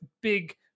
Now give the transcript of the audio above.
big